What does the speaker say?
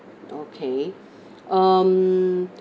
okay um